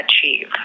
achieve